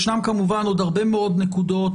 יש כמובן עוד הרבה מאוד נקודות,